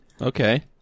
Okay